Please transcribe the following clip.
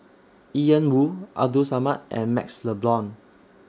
Ian Woo Abdul Samad and MaxLe Blond